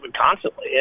constantly